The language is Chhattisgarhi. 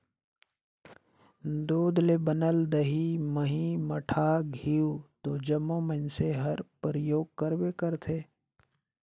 दूद ले बनल दही, मही, मठा, घींव तो जम्मो मइनसे हर परियोग करबे करथे